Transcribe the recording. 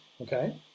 okay